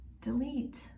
delete